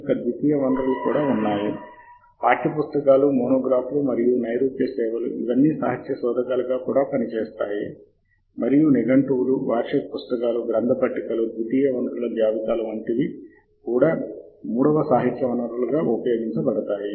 మొదటిసారి శోధన ఒక కోసం అందుబాటులో ఉన్న అన్ని సంవత్సరాల్లో సమాచార శోధన చేయడం చాలా ముఖ్యం కానీ మీరు ముందుకు వెళ్ళేటప్పుడు మీరు కఠినమైన శోధన చేసి ఉంటే ఉదాహరణకు ఇది సంవత్సరం తరువాత సంవత్సరం మీరు ఒక సంవత్సరం మాత్రమే శోధన చేయవచ్చు మరియు అక్కడ నుండి కొనసాగించవచ్చు